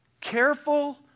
Careful